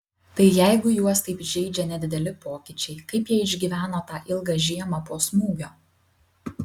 tai jeigu juos taip žeidžia nedideli pokyčiai kaip jie išgyveno tą ilgą žiemą po smūgio